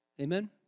Amen